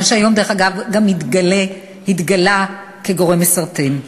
מה שהיום, דרך אגב, גם התגלה כגורם מסרטן.